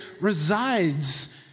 resides